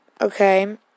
okay